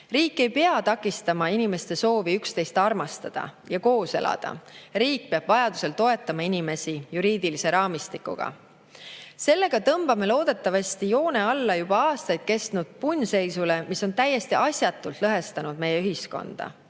Riik ei pea takistama inimeste soovi üksteist armastada ja koos elada, riik peab vajaduse korral toetama inimesi juriidilise raamistikuga. Sellega tõmbame loodetavasti joone alla juba aastaid kestnud punnseisule, mis on täiesti asjatult meie ühiskonda